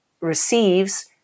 receives